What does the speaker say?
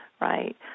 right